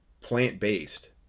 plant-based